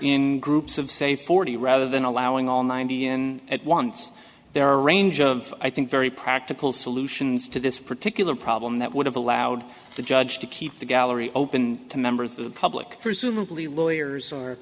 in groups of say forty rather than allowing all ninety in at once their range of i think very practical solutions to this particular problem that would have allowed the judge to keep the gallery open to members of the public pursue nuclear lawyers or